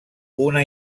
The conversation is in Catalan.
una